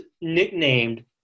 nicknamed